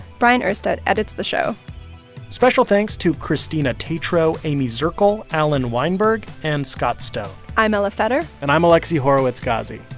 bryant urstadt edits the show special thanks to christina teatro, amy zirkle, alan weinberg and scott stone i'm elah feder and i'm alexi horowitz-ghazi.